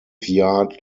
yard